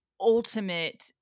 ultimate